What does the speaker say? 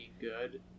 good